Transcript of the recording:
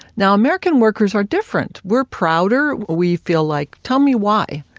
now american workers are different. we're prouder. we feel like, tell me why?